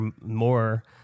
more